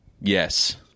Yes